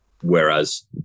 Whereas